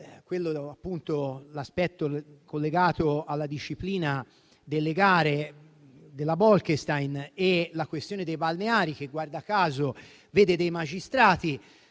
sull'aspetto collegato alla disciplina delle gare della Bolkestein e la questione dei balneari, che guarda caso vede dei magistrati